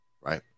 Right